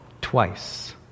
twice